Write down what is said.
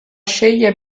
sceglie